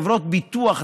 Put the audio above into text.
חברות ביטוח,